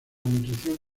nutrición